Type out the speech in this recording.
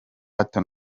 hato